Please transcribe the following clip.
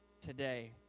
today